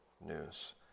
news